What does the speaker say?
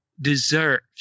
deserves